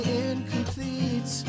incomplete